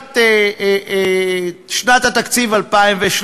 בתחילת שנת התקציב 2013,